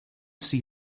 see